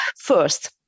First